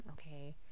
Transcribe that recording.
okay